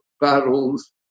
battles